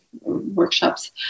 workshops